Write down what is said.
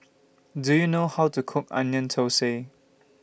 Do YOU know How to Cook Onion Thosai